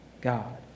God